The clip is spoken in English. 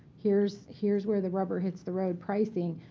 here's here's where the rubber hits the road pricing,